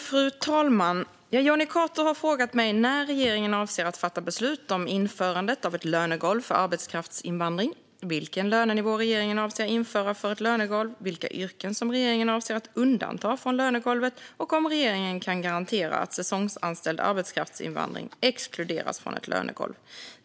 Fru talman! Jonny Cato har frågat mig när regeringen avser att fatta beslut om införandet av ett lönegolv för arbetskraftsinvandring, vilken lönenivå regeringen avser att införa för ett lönegolv, vilka yrken som regeringen avser att undanta från lönegolvet och om regeringen kan garantera att säsongsanställd arbetskraftsinvandring exkluderas från ett lönegolv.